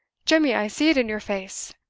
jemmy, i see it in your face!